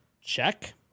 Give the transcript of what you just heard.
Check